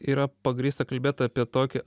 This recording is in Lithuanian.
yra pagrįsta kalbėt apie tokį